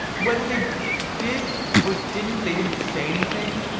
whether they did or didn't, they didn't say anything.